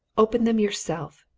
open them yourself!